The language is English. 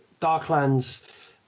Darklands